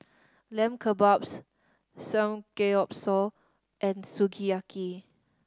Lamb Kebabs Samgeyopsal and Sukiyaki